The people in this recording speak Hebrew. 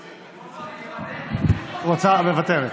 אני מוותרת.